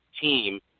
team